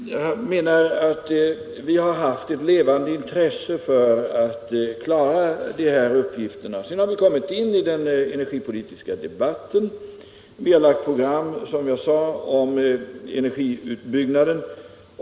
Jag menar att vi har haft ett levande intresse för att klara de uppgifterna. Sedan har vi kommit in i en energipolitisk debatt. Vi har, som jag sagt, också lagt fram program för energiutbyggnaden.